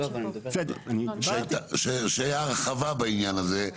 שהייתה הרחבה בעניין הזה.